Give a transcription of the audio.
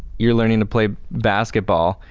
you're learning to play basketball,